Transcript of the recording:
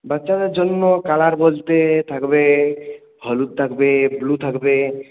বাচ্চাদের জন্য কালার বসবে থাকবে হলুদ থাকবে ব্লু থাকবে